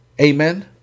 Amen